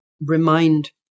remind